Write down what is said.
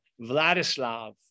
Vladislav